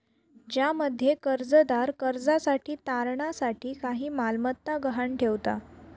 ज्यामध्ये कर्जदार कर्जासाठी तारणा साठी काही मालमत्ता गहाण ठेवता